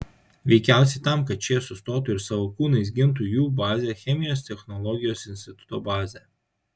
veikiausiai tam kad šie sustotų ir savo kūnais gintų jų bazę chemijos technologijos instituto bazę